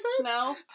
No